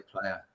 player